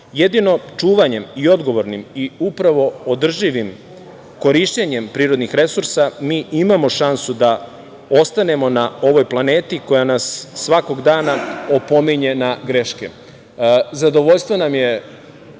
čuvanjem i odgovornim i upravo održivim korišćenjem prirodnih resursa, mi imamo šansu da ostanemo na ovoj planeti, koja nas svakog dana opominje na greške. Zadovoljstvo nam je